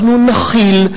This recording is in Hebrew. אנחנו נחיל,